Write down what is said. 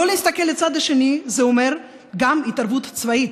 לא להסתכל לצד השני זה אומר גם התערבות צבאית.